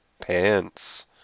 Pants